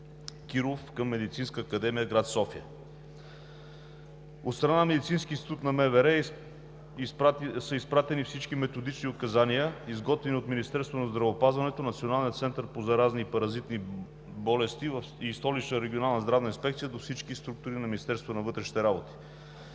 Киров“ към Медицинска академия – град София. От страна на Медицинския институт на МВР са изпратени всички методични указания, изготвени от Министерството на здравеопазването, Националния център по заразни и паразитни болести и Столичната регионална здравна инспекция, до всички структури на Министерството на вътрешните работи.